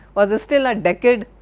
was still a decade